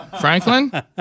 Franklin